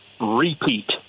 repeat